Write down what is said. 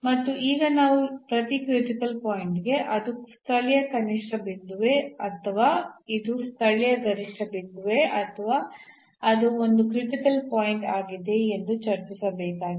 ಮತ್ತು ಈಗ ನಾವು ಪ್ರತಿ ಕ್ರಿಟಿಕಲ್ ಪಾಯಿಂಟ್ ಗೆ ಅದು ಸ್ಥಳೀಯ ಕನಿಷ್ಠ ಬಿಂದುವೇ ಅಥವಾ ಇದು ಸ್ಥಳೀಯ ಗರಿಷ್ಠ ಬಿಂದುವೇ ಅಥವಾ ಅದು ಒಂದು ಕ್ರಿಟಿಕಲ್ ಪಾಯಿಂಟ್ ಆಗಿದೆಯೇ ಎಂದು ಚರ್ಚಿಸಬೇಕಾಗಿದೆ